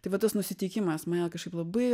tai va tas nusiteikimas mane kažkaip labai